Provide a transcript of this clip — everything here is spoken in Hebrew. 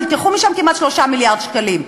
נלקחו משם כמעט 3 מיליארד שקלים,